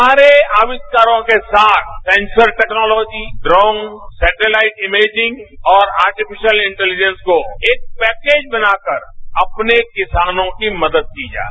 सारे आविष्कारों के साथ sensor technology drone satellite imaging और आर्टिफिशियल इंटेलिजेंस को एक पैकेज बनाकर अपने किसानों की मदद की जाए